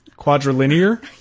Quadrilinear